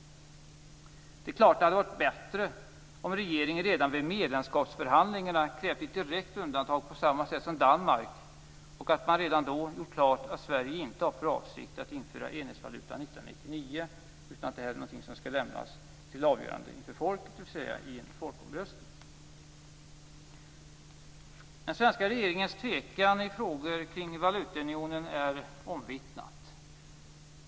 Det är klart att det hade varit bättre om regeringen redan vid medlemskapsförhandlingarna hade krävt ett direkt undantag, på samma sätt som Danmark, och gjort klart att Sverige inte har för avsikt att införa enhetsvalutan 1999, utan att detta är en fråga som skall lämnas för avgörande till folket, dvs. i en folkomröstning. Den svenska regeringens tvekan i frågor kring valutaunionen är omvittnad.